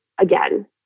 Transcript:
again